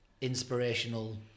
inspirational